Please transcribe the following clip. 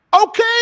Okay